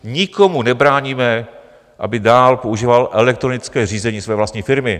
Nikomu nebráníme, aby dál používal elektronické řízení své vlastní firmy.